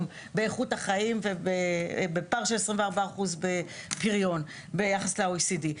באיכות החיים ופער של 24% בפריון ביחס ל-OECD.